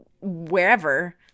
wherever